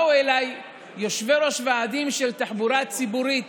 באו אליי יושבי-ראש ועדים של תחבורה ציבורית